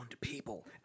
people